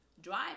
drive